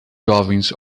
jovens